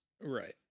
right